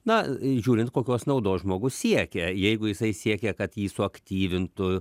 na žiūrint kokios naudos žmogus siekia jeigu jisai siekia kad jį suaktyvintų